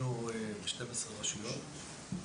היינו ב-12 רשויות,